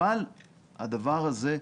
אבל הדבר הזה,